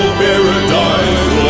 paradise